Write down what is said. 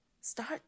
Start